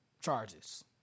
charges